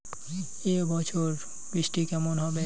এবছর বৃষ্টি কেমন হবে?